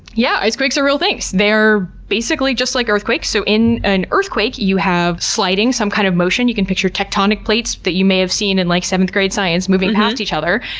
yeah. ice quakes are real things. they're basically just like earthquakes. so in an earthquake you have sliding, some kind of motion. you can picture tectonic plates that you may have seen in like seventh grade science moving past each other.